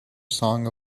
song